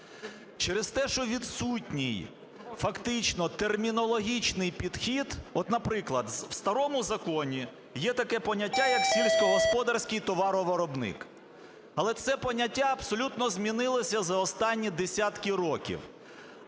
через те, що відсутній фактично термінологічний підхід. От, наприклад, в старому законі є таке поняття, як "сільськогосподарський товаровиробник". Але це поняття абсолютно змінилося за останні десятки років.